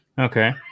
Okay